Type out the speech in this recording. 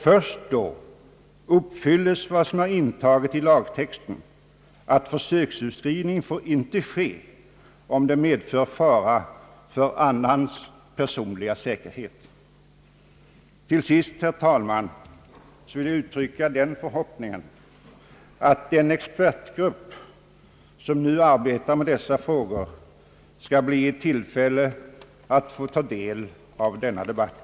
Först då uppfylles vad som är intaget i lagtexten, nämligen att försöksutskrivning inte får ske om den »medför fara för annans personliga säkerhet» Till sist, herr talman, vill jag uttrycka förhoppningen att den expertgrupp som nu arbetar med dessa frågor blir i tillfälle att få ta del av protokollet från denna debatt.